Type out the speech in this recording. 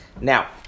Now